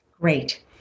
Great